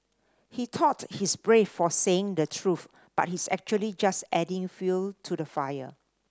he thought he's brave for saying the truth but he's actually just adding fuel to the fire